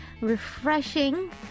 refreshing